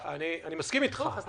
אני לא יושב פה בתוקף היותי בממשלה.